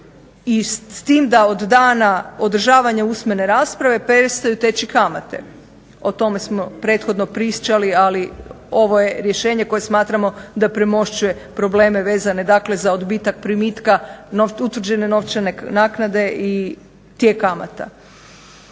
i s tim da od dana održavanja usmene rasprave prestaju teći kamate. O tome smo prethodno pričali, ali ovo je rješenje koje smatramo da premošćuje probleme vezane dakle za odbitak primitka utvrđene novčane naknade i tijek kamata.